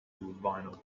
vinyl